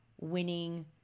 winning